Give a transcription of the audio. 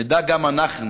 נדע גם אנחנו,